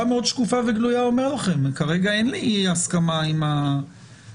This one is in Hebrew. בצורה מאוד שקופה וגלויה כרגע אין לי הסכמה עם השר.